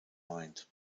mind